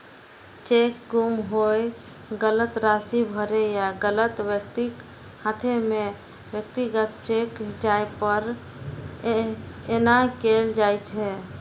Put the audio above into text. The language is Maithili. चेक गुम होय, गलत राशि भरै या गलत व्यक्तिक हाथे मे व्यक्तिगत चेक जाय पर एना कैल जाइ छै